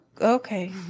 okay